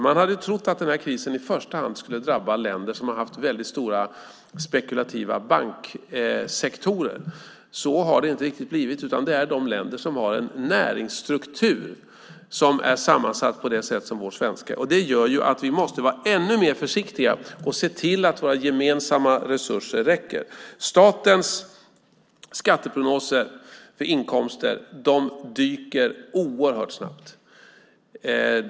Man hade trott att den här krisen i första hand skulle drabba länder som har haft väldigt stora spekulativa banksektorer. Så har det inte riktigt blivit, utan det handlar om de länder som har en näringsstruktur som är sammansatt på det sätt som vår svenska. Det gör att vi måste vara ännu mer försiktiga och se till att våra gemensamma resurser räcker. Statens skatteprognoser för inkomster dyker oerhört snabbt.